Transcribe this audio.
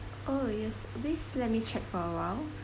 oh yes please let me check for a while